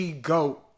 goat